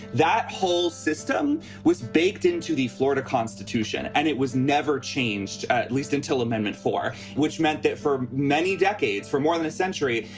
that whole system was baked into the florida constitution and it was never changed, at least until amendment four, which meant that for many decades, for more than a century,